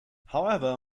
however